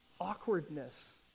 awkwardness